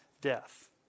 death